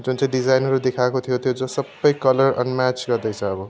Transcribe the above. जुन चाहिँ डिजाइनहरू देखाएको थियो त्यो चाहिँ सबै कलर अनम्याच गर्दैछ अब